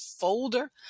folder